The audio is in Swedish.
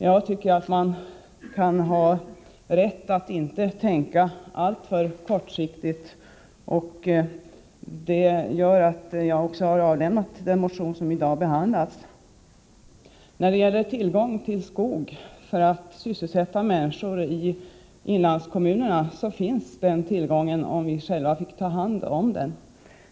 Jag anser att man kan ha rätt att inte tänka alltför kortsiktigt, och detta har gjort att jag har avlämnat den motion som i dag behandlas. När det gäller tillgången till skog för att sysselsätta människor i inlandskommunerna, skulle en sådan tillgång finnas om vi själva fick ta hand om saken.